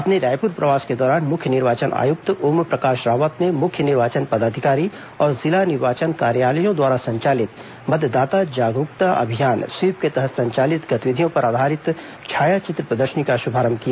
अपने रायपुर प्रवास के दौरान मुख्य निर्वाचन आयुक्त ओमप्रकाश रावत ने मुख्य निर्वाचन पदाधिकारी और जिला निर्वाचन कार्यालयों द्वारा संचालित मतदाता जागरूकता अभियान स्वीप के तहत संचालित गतिविधियों पर आधारित छायाचित्र प्रदर्शनी का श्भारंभ किया